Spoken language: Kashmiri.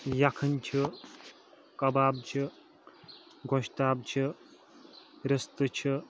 یَکھٕنۍ چھ کَباب چھ گۄشتاب چھِ رِستہٕ چھِ